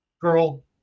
girl